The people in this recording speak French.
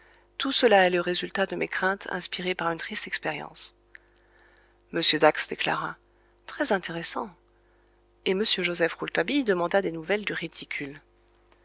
tout cela est le résultat de mes craintes inspirées par une triste expérience m dax déclara très intéressant et m joseph rouletabille demanda des nouvelles du réticule